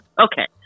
Okay